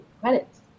credits